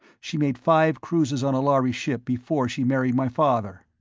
she made five cruises on a lhari ship before she married my father.